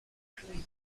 career